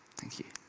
thank you.